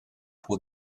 pour